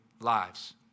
lives